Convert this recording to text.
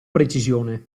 precisione